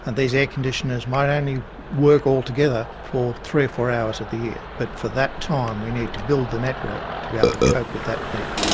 and these air-conditioners might only work all together for three four hours of the year, but for that time we need to build the network to be able to cope with that peak.